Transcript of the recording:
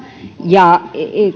ja että